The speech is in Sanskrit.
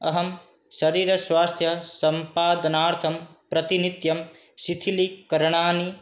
अहं शरीरस्वास्थ्यं सम्पादनार्थं प्रतिनित्यं शिथिलीकरणानि